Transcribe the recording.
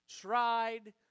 tried